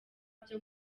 byo